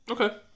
Okay